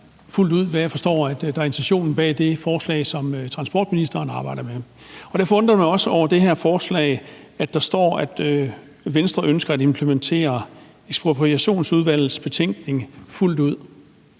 fuldt ud det, som jeg forstår er intentionen bag det forslag, som transportministeren arbejder med. Derfor undrer jeg mig også over, at der i det her forslag står, at Venstre ønsker at implementere Ekspropriationsudvalgets betænkning fuldt ud.